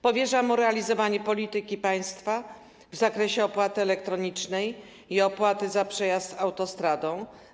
Powierza mu realizowanie polityki państwa w zakresie opłaty elektronicznej i opłaty za przejazd autostradą.